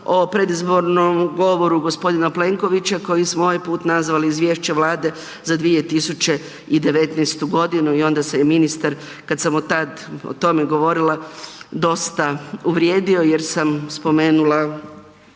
o predizbornom govoru gospodina Plenkovića koji smo ovaj put nazvali izvješće Vlade za 2019. godinu i onda se je ministar kad sam o tome govorila dosta uvrijedio jer sam spomenula